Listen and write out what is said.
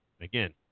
Again